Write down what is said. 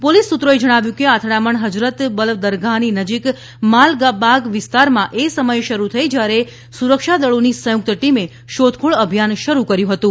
police સૂત્રોએ જણાવ્યું કે આ અથડામણ હજરત બલ દરગાહની નજીક માલબાગ વિસ્તારમાં એ સમય શરૂ થઈ જ્યારે સુરક્ષાદળોની સંયુક્ત ટીમે શોધખોળ અભિયાન શરૂ કર્યું હતું